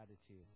attitude